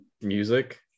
music